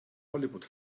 hollywood